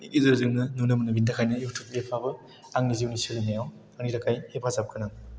गेजेरजोंनो नुनो मोनो बेनि थाखायनो युटुब एप आबो आंनि जिउनि सोलिनायाव आंनि थाखाय हेफाजाब गोनां